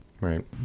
right